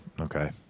Okay